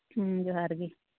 ᱦᱩᱸ ᱡᱚᱦᱟᱨ ᱜᱮ